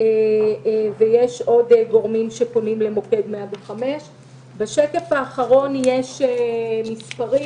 ויש עוד גורמים שפונים למוקד 105. בשקף האחרון יש מספרים.